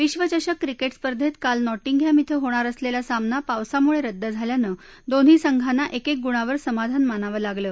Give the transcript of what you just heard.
विश्वचषक क्रिकेट स्पर्धेत काल नॉटिंगहॅम इथं होणार असलेला सामना पावसामुळे रद्द झाल्यानं दोन्ही संघांना एकेक गुणावर समाधान मानावं लागलं